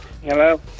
Hello